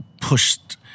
pushed